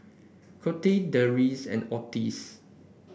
Colette Derls and Otis